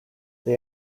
they